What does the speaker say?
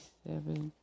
seven